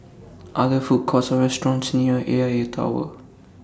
Are There Food Courts Or restaurants near A I A Tower